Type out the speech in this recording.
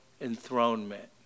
enthronement